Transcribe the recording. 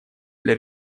для